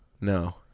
No